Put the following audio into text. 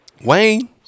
Wayne